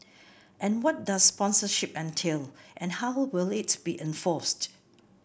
and what does sponsorship entail and how will it be enforced